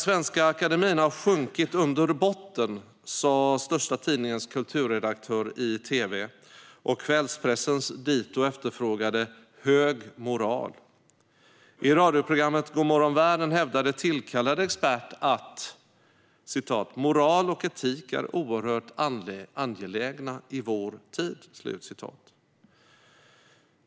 Svenska Akademien har sjunkit under botten, sa den största tidningens kulturredaktör i tv, och kvällspressens dito efterfrågade hög moral. I radioprogrammet Godmorgon, världen! hävdade en tillkallad expert att moral och etik är oerhört angelägna i vår tid.